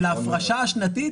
של ההפרשה השנתית?